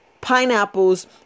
pineapples